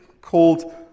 called